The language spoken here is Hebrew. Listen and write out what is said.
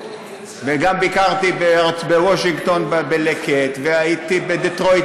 וגם ביקרתי בוושינגטון ב"לקט" והייתי בדטרויט